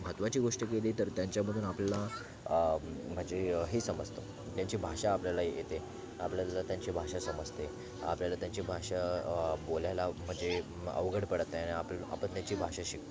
महत्वाची गोष्ट केली तर त्यांच्यामधून आपल्याला म्हणजे हे समजतं त्यांची भाषा आपल्याला येते आपल्याला त्यांची भाषा समजते आपल्याला त्यांची भाषा बोलायला म्हणजे अवघड पडत नाही आणि आप आपण त्यांची भाषा शिकतो